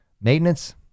maintenance